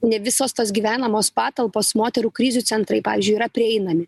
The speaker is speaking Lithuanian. ne visos tos gyvenamos patalpos moterų krizių centrai pavyzdžiui yra prieinami